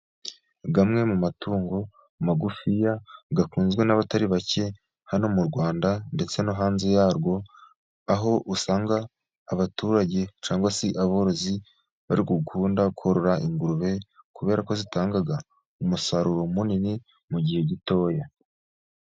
Amwe mu matungo magufiya akunzwe n'abatari bake hano mu Rwanda ndetse no hanze yarwo. Aho usanga abaturage cyangwa se aborozi bari gukunda korora ingurube, kuberako zitanga umusaruro munini mu gihe gitoya.